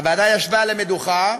הוועדה ישבה על המדוכה,